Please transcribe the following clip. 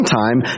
time